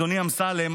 אדוני אמסלם,